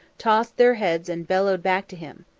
tossed their heads and bellowed back to him.